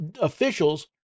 officials